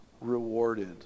rewarded